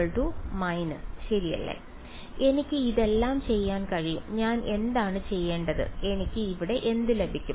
dx ശരി എനിക്ക് ഇതെല്ലാം ചെയ്യാൻ കഴിയും ഞാൻ എന്താണ് ചെയ്യേണ്ടത് എനിക്ക് ഇവിടെ എന്ത് ലഭിക്കും